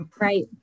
Right